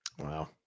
wow